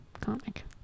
comic